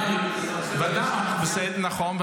נכון,